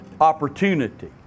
opportunity